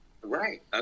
Right